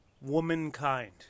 womankind